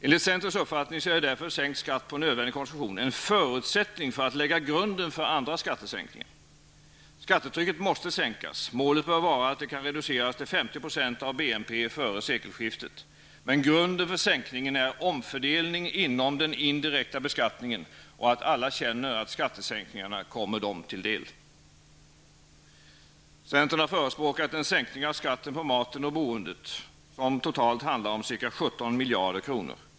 Enligt centerns uppfattning är därför sänkt skatt på nödvändig konsumtion en förutsättning för att lägga grunden för andra skattesänkningar. Skattetrycket måste sänkas. Målet bör vara att det kan reduceras till 50 % av BNP före sekelskiftet. Men grunden för sänkningen är omfördelning inom den indirekta beskattningen och att alla känner att skattesänkningarna kommer dem till del. Centern har förespråkat en sänkning av skatten på maten och boendet som totalt handlar om ca 17 miljarder kronor.